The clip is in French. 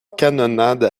canonnade